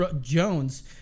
Jones